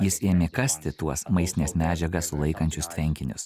jis ėmė kasti tuos maistines medžiagas sulaikančius tvenkinius